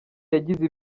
yagize